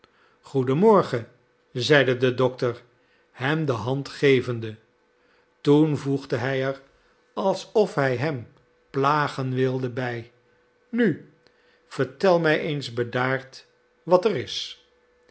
goeden morgen zeide de dokter hem de hand gevende toen voegde hij er alsof hij hem plagen wilde bij nu vertel mij eens bedaard wat er is